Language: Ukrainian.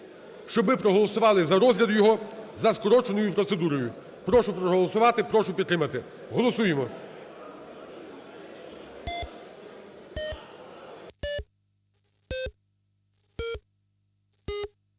щоб ми проголосували за розгляд його за скороченою процедурою. Прошу проголосувати, прошу підтримати, голосуємо.